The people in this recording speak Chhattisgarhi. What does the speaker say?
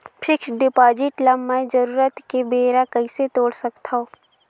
फिक्स्ड डिपॉजिट ल मैं जरूरत के बेरा कइसे तोड़ सकथव?